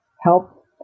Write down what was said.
help